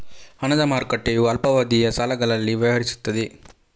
ಹಣದ ಮಾರುಕಟ್ಟೆಯು ಅಲ್ಪಾವಧಿಯ ಸಾಲಗಳಲ್ಲಿ ವ್ಯವಹರಿಸುತ್ತದೆ